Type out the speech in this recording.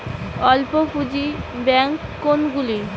অল্প পুঁজি ব্যাঙ্ক কোনগুলি?